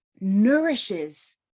nourishes